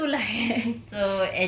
alright uh